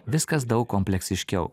viskas daug kompleksiškiau